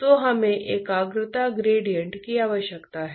तो इसे प्राकृतिक या फ्री कन्वेक्शन कहा जाता है